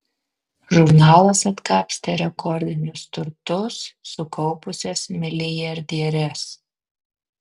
žurnalas atkapstė rekordinius turtus sukaupusias milijardieres